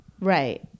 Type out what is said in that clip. Right